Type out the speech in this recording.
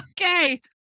Okay